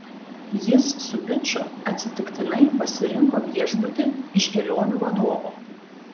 jis su biču atsitiktinai pasirinko viešbutį iš kelionių vadovo